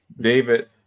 David